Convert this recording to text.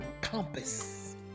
compass